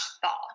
thaw